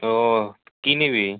ও কী নিবি